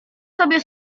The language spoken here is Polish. sobie